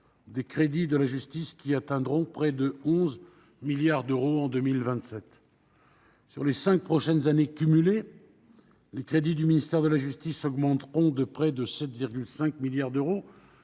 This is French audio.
des crédits de la justice, qui atteindront près de 11 milliards d'euros en 2027. Au cours des cinq prochaines années cumulées, les crédits du ministère de la justice augmenteront de près 7,5 milliards d'euros,